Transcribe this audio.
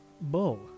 Bull